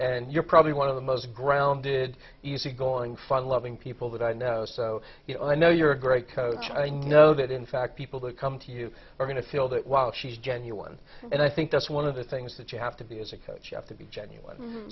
and you're probably one of the most grounded easygoing fun loving people that i know so you know i know you're a great coach i know that in fact people that come to you are going to feel that while she's genuine and i think that's one of the things that you have to be as a coach you have to be genuine